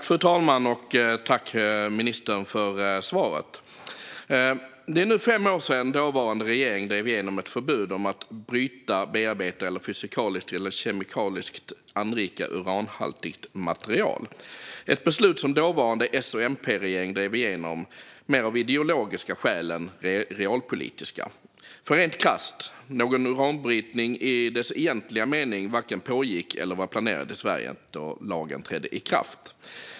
Fru talman! Tack, ministern, för svaret! Det är nu fem år sedan dåvarande regering drev igenom ett förbud mot att bryta, bearbeta eller fysikaliskt eller kemikaliskt anrika uranhaltigt material, ett beslut som den dåvarande S-MP-regeringen drev igenom mer av ideologiska skäl än av realpolitiska. För rent krasst var någon uranbrytning i dess egentliga mening varken pågående eller planerad i Sverige då lagen trädde i kraft.